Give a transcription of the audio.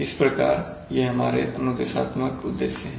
इस प्रकार ये हमारे अनुदेशात्मक उद्देश्य हैं